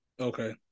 Okay